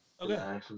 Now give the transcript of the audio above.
Okay